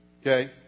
Okay